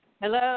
Hello